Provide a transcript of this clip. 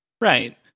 Right